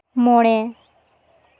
ᱢᱚᱬᱮ